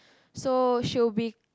so she'll be